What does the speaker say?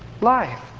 life